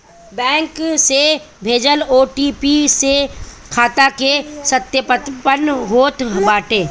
bank से भेजल OTP से खाता के सत्यापन होत बाटे